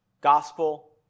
gospel